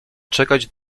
czekać